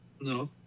No